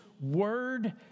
word